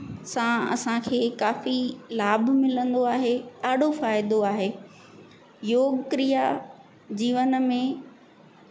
सां असांखे काफ़ी लाभ मिलंदो आहे ॾाढो फ़ाइदो आहे योग क्रिया जीवन में